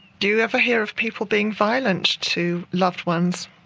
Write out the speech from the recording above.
do you ever hear of people being violent to loved ones?